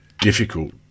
difficult